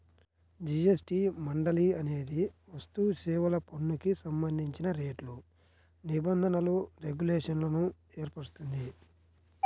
GST మండలి అనేది వస్తుసేవల పన్నుకు సంబంధించిన రేట్లు, నిబంధనలు, రెగ్యులేషన్లను ఏర్పరుస్తుంది